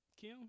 Kim